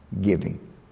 giving